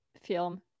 film